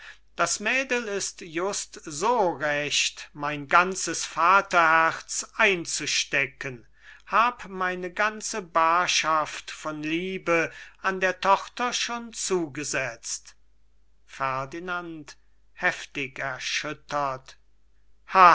das mädel ist just so recht mein ganzes vaterherz einzustecken hab meine ganze baarschaft von liebe an der tochter schon zugesetzt